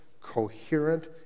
coherent